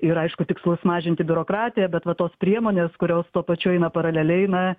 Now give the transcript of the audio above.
ir aišku tikslus mažinti biurokratiją bet va tos priemonės kurios tuo pačiu eina paraleliai na